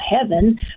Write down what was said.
heaven